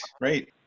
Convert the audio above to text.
great